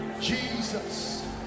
Jesus